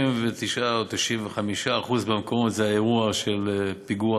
99% או 95% מהמקומות זה היה אירוע של פיגוע